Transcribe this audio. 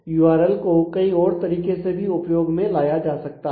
URL को कई और तरीकों से भी उपयोग में लाया जा सकता है